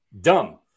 dumb